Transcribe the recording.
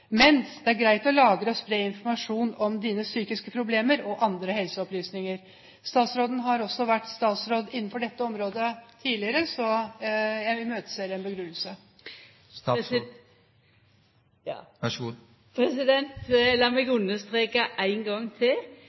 mens det er greit å lagre og spre informasjon om dine psykiske problemer og andre helseopplysninger? Statsråden har også vært statsråd innenfor dette området tidligere, så jeg imøteser en begrunnelse. Lat meg understreka ein gong til